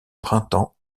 printemps